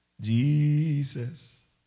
Jesus